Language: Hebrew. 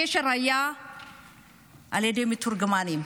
הקשר היה על ידי מתורגמנים.